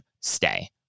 stay